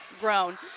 grown